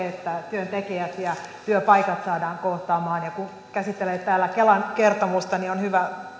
työntekijät ja työpaikat saadaan kohtaamaan ja kun käsitellään täällä kelan kertomusta niin on hyvä